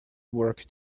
work